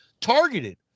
Targeted